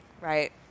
right